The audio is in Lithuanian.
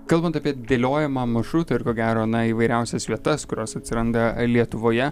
kalbant apie dėliojamą maršruto ir ko gero na įvairiausias vietas kurios atsiranda lietuvoje